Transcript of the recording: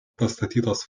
pastatytos